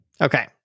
Okay